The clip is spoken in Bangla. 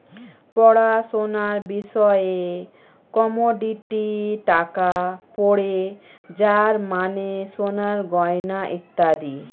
পড়াশোনার বিষয়ে কমোডিটি টাকা পড়ে যার মানে সোনার গয়না ইত্যাদি